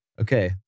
Okay